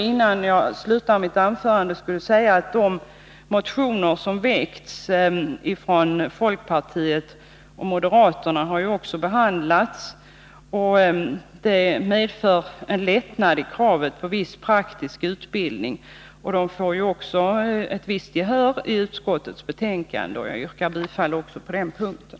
Innan jag slutar mitt anförande kanske jag skulle säga att de motioner som väckts från folkpartiets och från moderaternas sida som berör detta ärende ju också har behandlats i utskottet. Motionerna går ut på lättnad i kraven på viss praktisk utbildning för revisorer, och motionerna får ett visst gehör i utskottets betänkande. Jag yrkar bifall till utskottets hemställan också på den punkten.